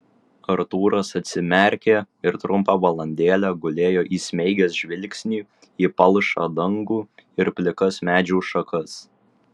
artūras atsimerkė ir trumpą valandėlę gulėjo įsmeigęs žvilgsnį į palšą dangų ir plikas medžių šakas